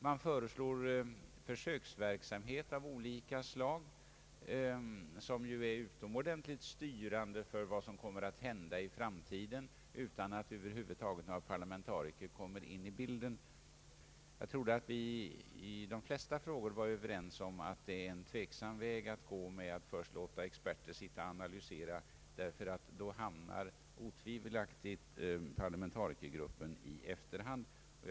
Den föreslår försöksverksamhet av olika slag, som ju är utomordentligt styrande för vad som kommer att hända i framtiden, utan att några parlamentariker har fått säga sin mening. Jag trodde att vi i de flesta frågor var överens om att det är en tvivelaktig väg att gå att först låta experter analysera, ty då hamnar parlamentarikergruppen på efterkälken.